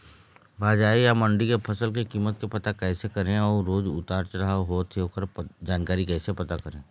बजार या मंडी के फसल के कीमत के पता कैसे करें अऊ रोज उतर चढ़व चढ़व होथे ओकर जानकारी कैसे पता करें?